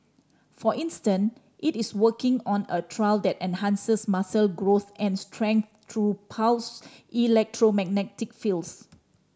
for instance it is working on a trial that enhances muscle growth and strength through pulsed electromagnetic fields